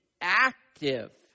active